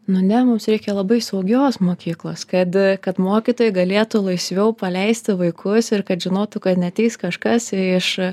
nu ne mums reikia labai saugios mokyklos kad kad mokytojai galėtų laisviau paleisti vaikus ir kad žinotų kad neateis kažkas iš